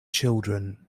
children